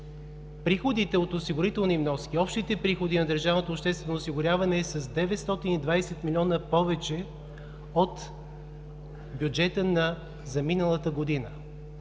приходите от осигурителни вноски, общите приходи на държавното обществено осигуряване са с 920 милиона повече от бюджета за миналата година.